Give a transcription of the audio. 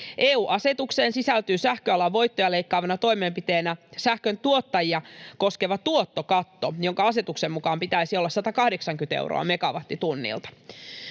EU-asetukseen sisältyy sähköalan voittoja leikkaavana toimenpiteenä sähköntuottajia koskeva tuottokatto, jonka asetuksen mukaan pitäisi olla 180 euroa megawattitunnilta.